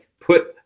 put